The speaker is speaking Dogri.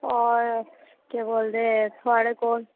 ओह् केह् बोलदे थुआढ़े कोल